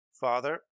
Father